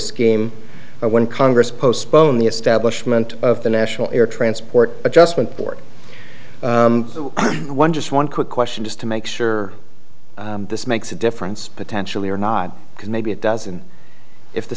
scheme when congress post spoke on the establishment of the national air transport adjustment board one just one quick question just to make sure this makes a difference potentially or not could maybe it doesn't if the